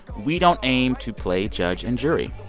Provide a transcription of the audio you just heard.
we don't aim to play judge and jury.